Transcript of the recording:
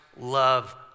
love